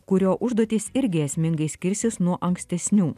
kurio užduotys irgi esmingai skirsis nuo ankstesnių